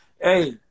Hey